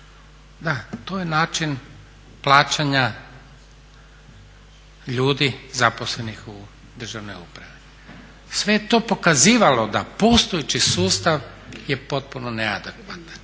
Da, to je način plaćanja ljudi zaposlenih u državnoj upravi. Sve je to pokazivalo da postojeći sustav je potpuno neadekvatan